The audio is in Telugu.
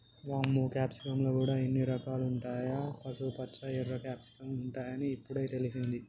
వామ్మో క్యాప్సికమ్ ల గూడా ఇన్ని రకాలుంటాయా, పసుపుపచ్చ, ఎర్ర క్యాప్సికమ్ ఉంటాయని ఇప్పుడే తెలిసింది